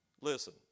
Listen